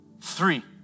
three